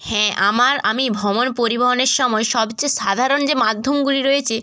হ্যাঁ আমার আমি ভ্রমণ পরিবহনের সময় সবচেয়ে সাধারণ যে মাধ্যমগুলি রয়েছে